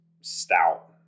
stout